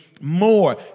more